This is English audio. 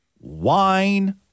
wine